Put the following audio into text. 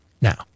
now